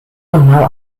kenal